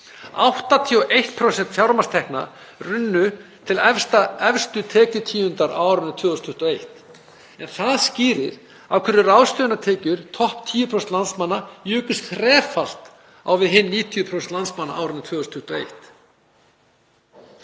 81% fjármagnstekna rann til efstu tekjutíundar á árinu 2021. Það skýrir af hverju ráðstöfunartekjur topp 10% landsmanna jukust þrefalt á við hin 90% landsmanna á árinu 2021.